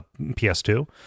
ps2